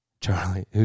Charlie